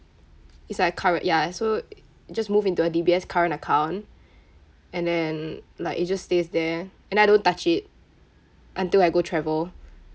is like curr~ ya so just move into a D_B_S current account and then like it just stays there and I don't touch it until I go travel